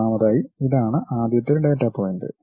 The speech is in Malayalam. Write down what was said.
ഒന്നാമതായി ഇതാണ് ആദ്യത്തെ ഡാറ്റാ പോയിന്റ്